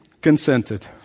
consented